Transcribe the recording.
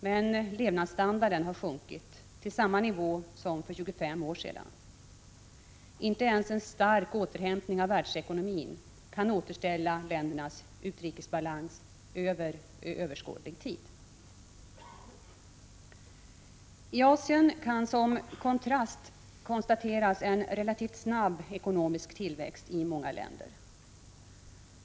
Men levnadsstandarden har sjunkit till samma nivå som för 25 år sedan. Inte ens en stark återhämtning i världsekonomin kan återställa ländernas utrikesbalans under överskådlig tid. IT Asien kan, som kontrast, konstateras en relativt snabb ekonomisk tillväxt i många länder.